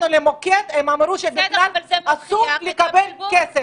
אתמול פנינו למוקד והם אמרו שבכלל אסור לקבל כסף.